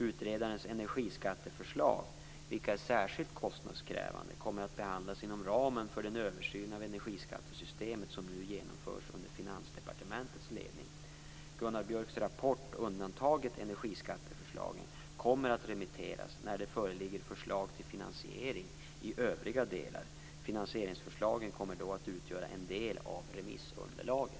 Utredarens energiskatteförslag, vilka är särskilt kostnadskrävande, kommer att behandlas inom ramen för den översyn av energiskattesystemet som nu genomförs under Finansdepartementets ledning. Gunnar Björks rapport, undantaget energiskatteförslagen, kommer att remitteras när det föreligger förslag till finansiering i övriga delar. Finansieringsförslagen kommer då att utgöra en del av remissunderlaget.